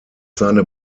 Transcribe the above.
seine